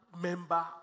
member